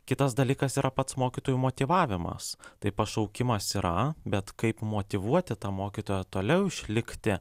kitas dalykas yra pats mokytojų motyvavimas tai pašaukimas yra bet kaip motyvuoti tą mokytoją toliau išlikti